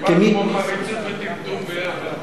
כמעט כמו חריצות וטמטום ביחד.